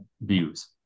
views